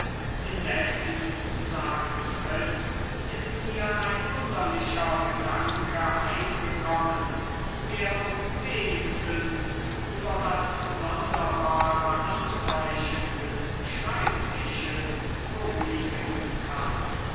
indessen sagte fritz ist mir ein wunderlicher gedanke eingekommen der uns wenigstens über das sonderbare anzeichen des schreibtisches beruhigen kann